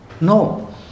No